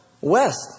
west